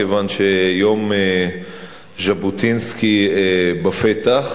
כיוון שיום ז'בוטינסקי בפתח,